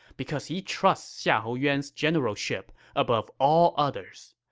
because he trusts xiahou yuan's generalship above all others'.